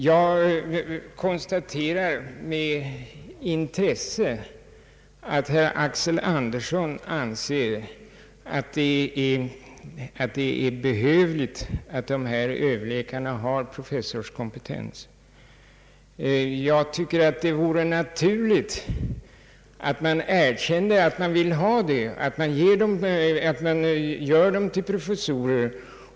Jag konstaterar med intresse att herr Axel Andersson anser att de ifrågavarande överläkarna behöver ha professorskompetens. Det vore naturligt att erkänna att man önskar att innehavarna av dessa tjänster är professorskompetenta och att man gör dem till professorer.